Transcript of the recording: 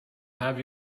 have